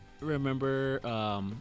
remember